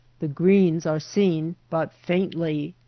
the greens are seen but faintly.